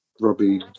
Robbie